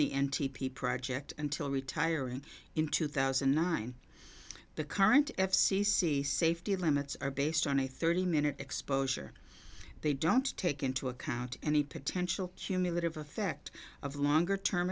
the n t p project until retiring in two thousand and nine the current f c c safety limits are based on a thirty minute exposure they don't take into account any potential cumulative effect of longer term